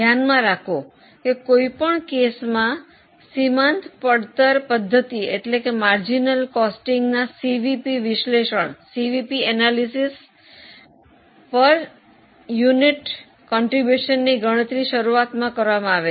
ધ્યાનમાં રાખો કોઈ પણ કેસમાં સીમાંત પડતર પદ્ધતિ ના સીવીપી વિશ્લેષણનો એકમ દીઠ ફાળો ગણતરી શરૂઆત માં કરવામાં આવે છે